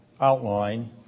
outline